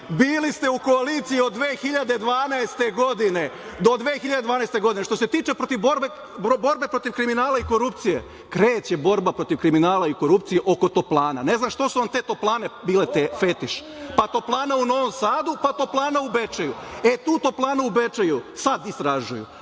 Bili ste u koaliciji od 2012. godine, do 2012. godine. Što se tiče borbe protiv kriminala i korupcije, kreće borba protiv kriminala i korupcije oko Toplana. Ne znam što vam te Toplane bile fetiš? Toplana u Novom Sadu, pa Toplana u Bečeju. E, tu Toplanu u Bečeju sad istražuju,